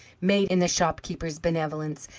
made, in the shop-keeper's benevolence,